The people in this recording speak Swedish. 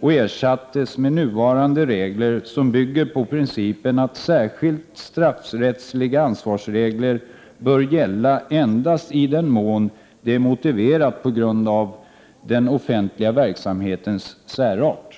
och ersattes med nuvarande regler, som bygger på principen att särskilda straffrättsliga ansvarsregler bör gälla endast i den mån det är motiverat på grund av den offentliga verksamhetens särart.